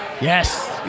Yes